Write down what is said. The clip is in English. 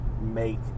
make